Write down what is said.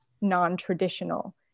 non-traditional